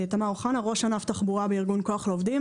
אני ראש ענף תחבורה בארגון כוח לעובדים.